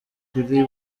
kuri